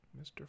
mr